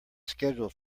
scheduled